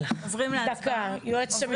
היועצת המשפטית.